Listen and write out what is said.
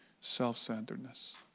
self-centeredness